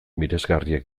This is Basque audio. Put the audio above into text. miresgarriak